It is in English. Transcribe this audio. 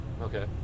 Okay